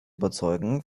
überzeugen